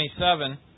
27